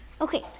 Okay